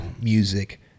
music